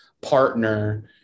partner